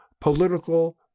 political